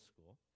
school